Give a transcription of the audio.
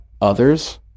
others